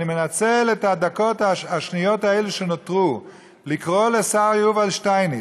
אני מנצל את הדקות והשניות האלו שנותרו לקרוא לשר יובל שטייניץ,